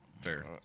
fair